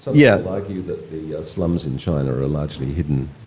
yeah argue that the slums in china are largely hidden.